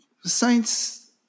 Saints